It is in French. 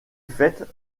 faites